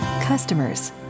customers